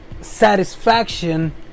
satisfaction